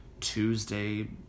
Tuesday